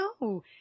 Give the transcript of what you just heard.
No